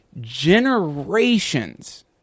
generations –